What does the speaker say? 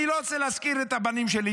אני לא רוצה להזכיר את הבנים שלי,